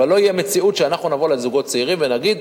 אבל לא תהיה מציאות שאנחנו נבוא לזוגות צעירים ונגיד: